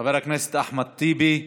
חבר הכנסת אחמד טיבי.